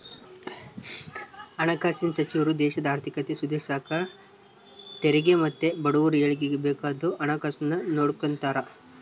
ಹಣಕಾಸಿನ್ ಸಚಿವ್ರು ದೇಶದ ಆರ್ಥಿಕತೆ ಸುಧಾರ್ಸಾಕ ತೆರಿಗೆ ಮತ್ತೆ ಬಡವುರ ಏಳಿಗ್ಗೆ ಬೇಕಾದ್ದು ಹಣಕಾಸುನ್ನ ನೋಡಿಕೆಂಬ್ತಾರ